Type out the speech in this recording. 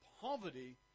poverty